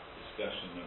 discussion